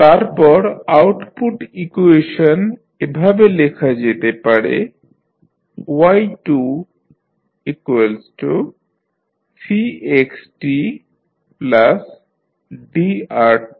তারপর output equation এভাবে লেখা যেতে পারে ytcxtdrt